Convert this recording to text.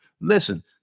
Listen